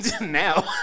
now